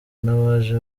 n’abaje